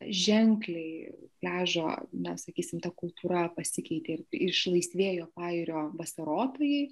ženkliai pliažo na sakysim ta kultūra pasikeitė ir išlaisvėjo pajūrio vasarotojai